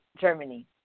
Germany